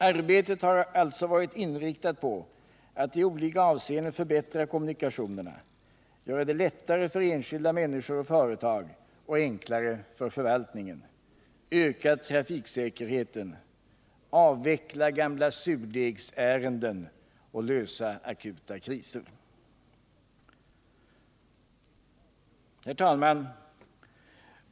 Arbetet har alltså varit inriktat på att i olika avseenden förbättra kommunikationerna, göra det lättare för enskilda människor och företag och enklare för förvaltningen, öka trafiksäkerheten, avveckla gamla surdegsärenden samt lösa akuta kriser.